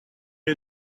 you